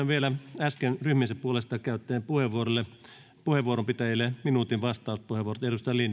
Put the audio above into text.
vielä äsken ryhmiensä puolesta puheenvuoron puheenvuoron käyttäneille minuutin vastauspuheenvuorot